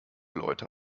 leute